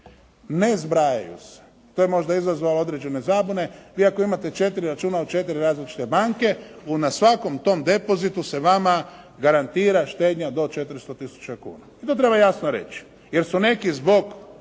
ne zbrajaju se. To je možda izazvalo određene zabune. Vi ako imate četiri računa u četiri različite banke, na svakom tom depozitu se vama garantira štednja do 400 tisuća kuna. To treba jasno reći, jer su neki zbog